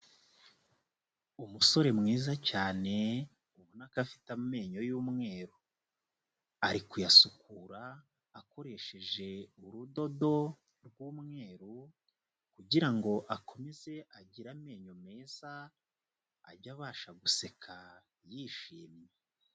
Umusore mwiza cyane ubona ko afite amenyo y'umweru. Ari kuyasukura akoresheje urudodo rw'umweru kugira ngo akomeze agire amenyo meza, ajye abasha guseka yishimye.